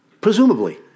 Presumably